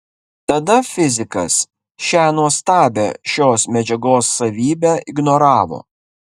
tada fizikas šią nuostabią šios medžiagos savybę ignoravo